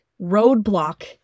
roadblock